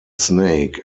snake